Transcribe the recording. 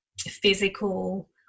physical